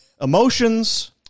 emotions